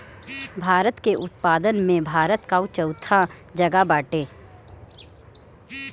रबड़ के उत्पादन में भारत कअ चउथा जगह बाटे